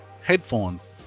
Headphones